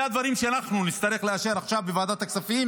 זה הדברים שאנחנו נצטרך לאשר עכשיו בוועדת הכספים,